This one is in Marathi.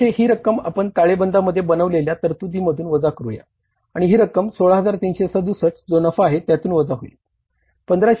1500 ही रक्कम आपण ताळेबंदामध्ये बनवलेल्या तरतुदीमधून वजा करूया आणि ही रक्कम 16367 जो नफा आहे त्यातून वजा होईल